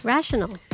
Rational